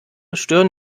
stören